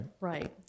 Right